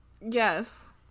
yes